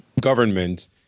government